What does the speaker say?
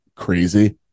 Crazy